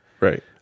Right